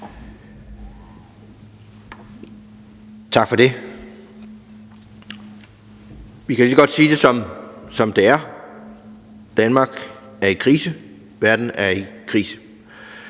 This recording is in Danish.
Tak for det. Vi kan lige så godt sige det, som det er: Danmark er i krise, verden er i krise.